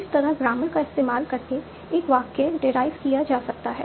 इस तरह ग्रामर का इस्तेमाल करके एक वाक्य डेराइव किया जा सकता है